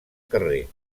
carrer